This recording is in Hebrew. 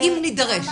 'אם נידרש'.